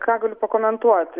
ką galiu pakomentuot